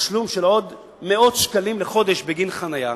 תשלום של עד מאות שקלים לחודש בגין חנייה.